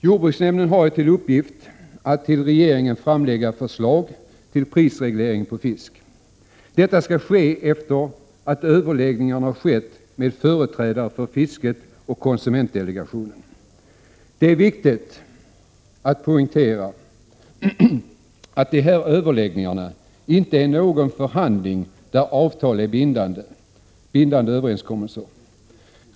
Jordbruksnämnden har till uppgift att till regeringen framlägga förslag till prisreglering på fisk. Detta skall ske efter överläggningar med företrädare för fisket och konsumentdelegationen. Det är viktigt att poängtera att det rör sig om överläggningar, inte någon förhandling där avtal och bindande överenskommelser träffas.